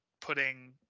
putting